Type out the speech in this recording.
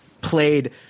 played